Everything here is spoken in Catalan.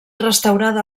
restaurada